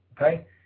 Okay